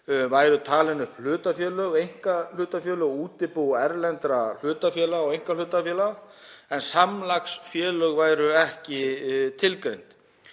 væru talin upp hlutafélög, einkahlutafélög og útibú erlendra hlutafélaga og einkahlutafélaga en samlagsfélög væru ekki tilgreind.